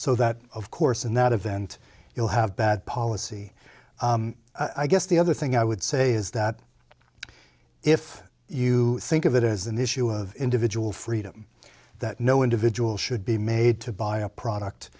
so that of course in that event you'll have bad policy i guess the other thing i would say is that if you think of it as an issue of individual freedom that no individual should be made to buy a product